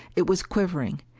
it was quivering,